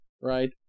right